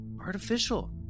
artificial